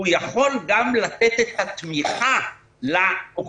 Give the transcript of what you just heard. הוא יכול גם לתת את התמיכה לאוכלוסייה